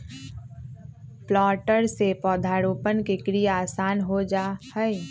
planter से पौधरोपण के क्रिया आसान हो जा हई